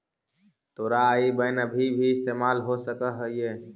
तोरा आई बैन अभी भी इस्तेमाल हो सकऽ हई का?